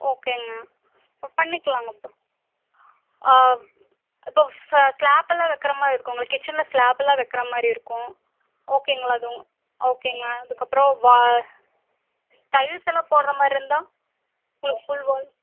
ஓகேங்க இப்போ பண்ணிக்கலாம்ங்க ப இப்போ ச ஸ்லாப்பெல்லாம் வைக்கற மாதிரி இருக்கும் உங்களுக்கு கிச்செனில் ஸ்லாப்பெல்லாம் வைக்கற மாதிரி இருக்கும் ஓகேங்களா அது உ ஓகேங்க அதுக்கப்புறம் வா டைல்ஸ் எல்லாம் போடுகிற மாதிரிருந்தா உங்களுக்கு ஃபுல் வால்